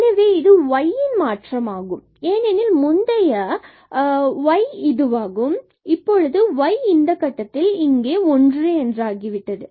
எனவே இது y இன் மாற்றமாகும் ஏனெனில் முந்தைய y இதுவாகும் இப்போது y இந்த கட்டத்தில் இங்கே ஒன்றாகிவிட்டது